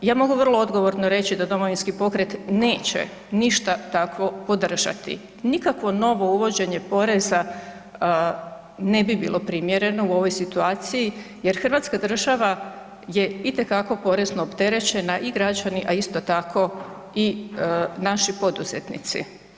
Ja mogu vrlo odgovorno reći da Domovinski pokret neće ništa takvo podržati, nikakvo novo uvođenje poreza ne bi bilo primjereno u ovoj situaciji jer Hrvatska država je itekako porezno opterećena i građani, a isto tako i naši poduzetnici.